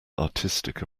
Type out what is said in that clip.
artistic